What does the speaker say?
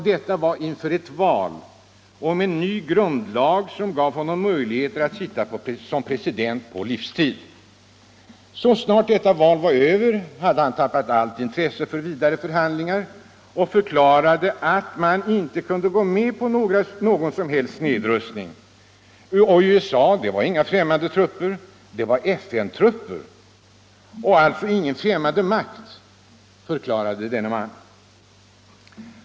Detta var inför en omröstning om en ny grundlag som gav honom möjligheter att sitta som president på livstid. Så snart den var över hade han tappat allt intresse för vidare förhandlingar och förklarade att man inte kunde gå med på någon som helst nedrustning. USA-trupperna var inga främmande trupper, utan de var FN trupper, och alltså var det inte fråga om någon främmande makt, förklarade denne man.